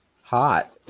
Hot